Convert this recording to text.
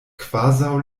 kvazaŭ